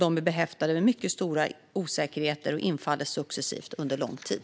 De är behäftade med mycket stora osäkerheter och infaller successivt under lång tid.